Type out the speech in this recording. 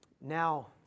Now